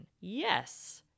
Yes